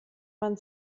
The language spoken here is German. man